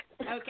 Okay